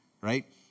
right